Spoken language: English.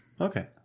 Okay